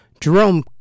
Jerome